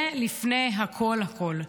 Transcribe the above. זה לפני הכול הכול.